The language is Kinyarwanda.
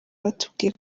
batubwiye